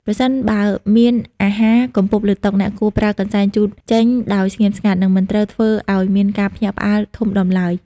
ប្រសិនបើមានអាហារកំពប់លើតុ អ្នកគួរប្រើកន្សែងជូតចេញដោយស្ងៀមស្ងាត់ និងមិនត្រូវធ្វើឱ្យមានការភ្ញាក់ផ្អើលធំដុំឡើយ។